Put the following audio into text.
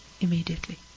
immediately